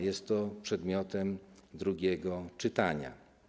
Jest to przedmiotem drugiego czytania.